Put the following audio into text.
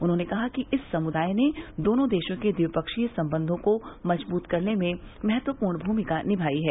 उन्होंने कहा कि इस समुदाय ने दोनों देशों के ट्विपक्षीय संबंधों को मजबूत करने में महत्वपूर्ण भूमिका निभाई है